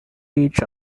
each